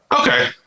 Okay